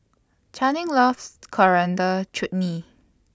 Channing loves Coriander Chutney